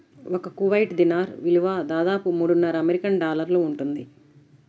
ఒక కువైట్ దీనార్ విలువ దాదాపు మూడున్నర అమెరికన్ డాలర్లు ఉంటుంది